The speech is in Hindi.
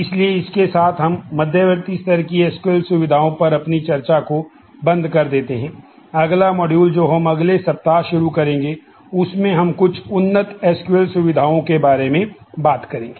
इसलिए सारांश में हमने ऐसी एसक्यूएल सुविधाओं के बारे में बात करेंगे